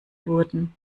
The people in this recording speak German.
wurden